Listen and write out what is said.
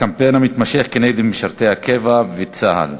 הקמפיין המתמשך כנגד משרתי הקבע וצה"ל,